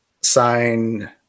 sign